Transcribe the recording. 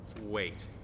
Wait